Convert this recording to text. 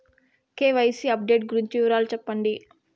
KYC update గురించి వివరాలు సెప్పండి?